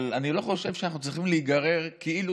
אבל אני לא חושב שאנחנו צריכים להיגרר כאילו